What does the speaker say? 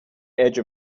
edge